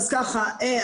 אני